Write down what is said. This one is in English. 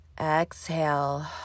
Exhale